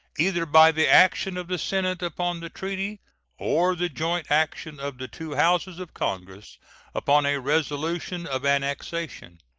either by the action of the senate upon the treaty or the joint action of the two houses of congress upon a resolution of annexation,